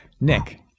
Nick